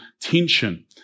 tension